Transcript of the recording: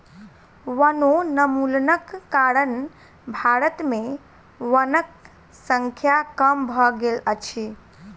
वनोन्मूलनक कारण भारत में वनक संख्या कम भ गेल अछि